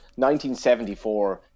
1974